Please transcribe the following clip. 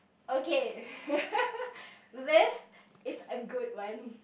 okay this is a good one